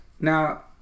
Now